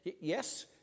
yes